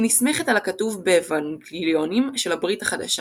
היא נסמכת על הכתוב באוונגליונים של הברית החדשה.